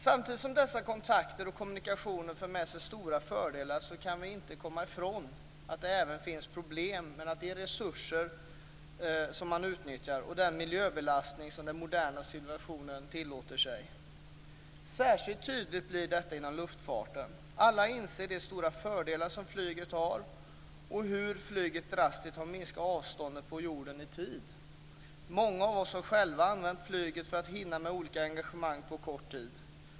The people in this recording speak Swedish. Samtidigt som dessa kontakter och kommunikationer för med sig stora fördelar kan vi inte komma ifrån att det även finns problem med det resursutnyttjande och den miljöbelastning som den moderna civilisationen tillåter sig. Särskilt tydligt blir detta inom luftfarten. Alla inser de stora fördelar som flyget har och hur flyget drastiskt har minskat avstånden på jorden i tid. Många av oss har själva använt flyget för att hinna med olika engagemang på kort tid.